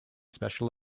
special